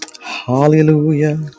hallelujah